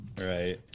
Right